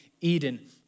Eden